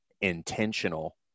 intentional